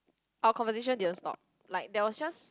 our conversation didn't stop like that was just